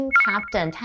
captain